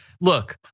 Look